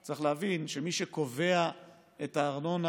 צריך להבין שמי שקובע את החלוקה של הארנונה